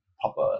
proper